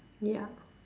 ya